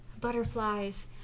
Butterflies